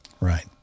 Right